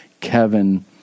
Kevin